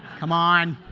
come on.